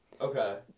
Okay